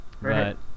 Right